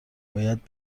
باید